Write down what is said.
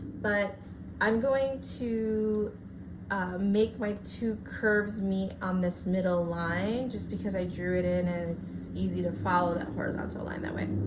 but i'm going to make my two curves meet on this middle line just because i drew it in and it's easy to follow that horizontal line that way.